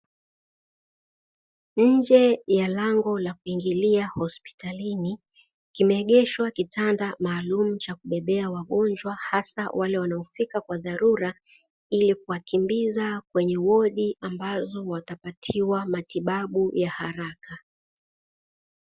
Nje ya lango la kuingilia hospitalini, kimeegeshwa kitanda cha kubebea wagonjwa wa dharura ili kuwakimbiza kwenye wodi ambazo watapatiwa matibabu kwa haraka.